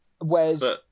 Whereas